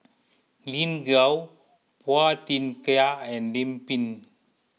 Lin Gao Phua Thin Kiay and Lim Pin